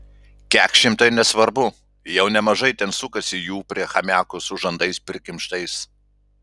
kekšėm tai nesvarbu jau nemažai ten sukasi jų prie chamiako su žandais prikimštais